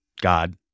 God